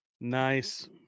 Nice